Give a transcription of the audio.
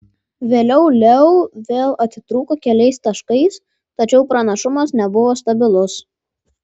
vėliau leu vėl atitrūko keliais taškais tačiau pranašumas nebuvo stabilus